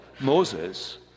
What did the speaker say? Moses